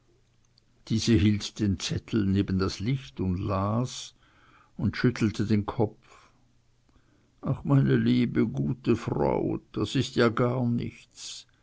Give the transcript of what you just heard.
diese hielt den zettel neben das licht und las und schüttelte den kopf ach meine gute liebe frau das ist ja gar nichts